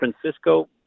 Francisco